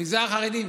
המגזר החרדי.